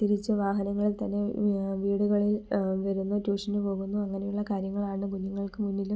തിരിച്ച് വാഹനങ്ങളിൽ തന്നെ വീടുകളിൽ വരുന്നു ട്യൂഷന് പോകുന്നു അങ്ങനെയുള്ള കാര്യങ്ങളാണ് കുഞ്ഞുങ്ങൾക്ക് മുന്നിലും